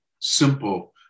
simple